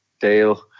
Dale